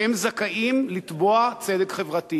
הם זכאים לתבוע צדק חברתי.